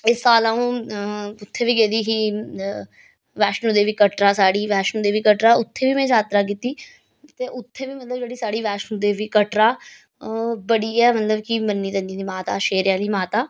इस साल आ'ऊं उत्थें बी गेदी ही वैष्णो देवी कटरा साढ़ी वैष्णो देवी कटरा उत्थें बी मै जात्तरा कीती ते उत्थें बी मतलब जेह्ड़ी साढ़ी वैष्णो देवी कटरा बड़ी गै मतलब कि मन्नी तन्नी दी माता शेरें आह्ली माता